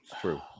True